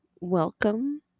Welcome